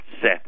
set